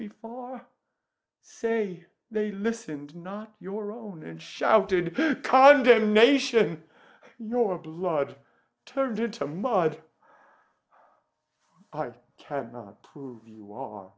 be for say they listened not your own and shouted condemnation your blood turned into mud i can't prove you are